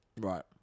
Right